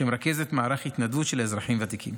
שמרכזת מערך התנדבות של אזרחים ותיקים.